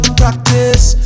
practice